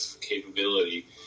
capability